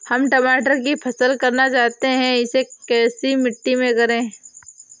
हम टमाटर की फसल करना चाहते हैं इसे कैसी मिट्टी में करें?